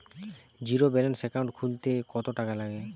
Zero balance account খুলতে কত টাকা লাগে?